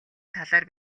талаар